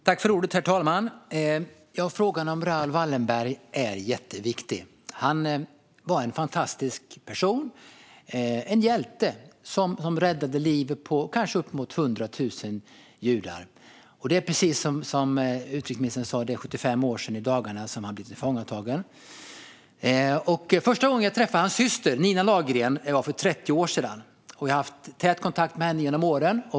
Herr talman! Frågan om Raoul Wallenberg är jätteviktig. Han var en fantastisk person, en hjälte, som räddade livet på kanske uppemot 100 000 judar. Som utrikesministern sa är det i dagarna 75 år sedan han blev tillfångatagen. Första gången jag träffade hans syster Nina Lagergren var för 30 år sedan, och jag har haft tät kontakt med henne genom åren.